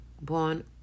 Born